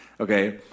Okay